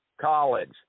college